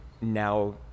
now